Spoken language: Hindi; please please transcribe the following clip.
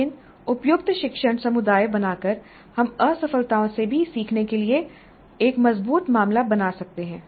लेकिन उपयुक्त शिक्षण समुदाय बनाकर हम असफलताओं से भी सीखने के लिए एक मजबूत मामला बना सकते हैं